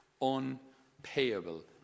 unpayable